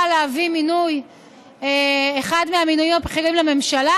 להביא מינוי של אחד מהמינויים הבכירים לממשלה